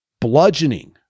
bludgeoning